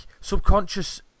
subconscious